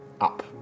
up